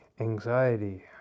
Anxiety